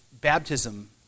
baptism